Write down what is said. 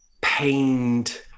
pained